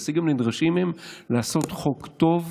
וההישגים הנדרשים הם לעשות חוק טוב,